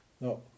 No